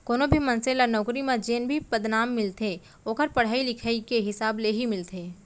कोनो भी मनसे ल नउकरी म जेन भी पदनाम मिलथे ओखर पड़हई लिखई के हिसाब ले ही मिलथे